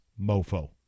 mofo